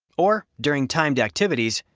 or, during timed activities,